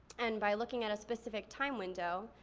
and by looking at a specific time window,